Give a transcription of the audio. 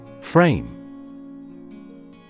Frame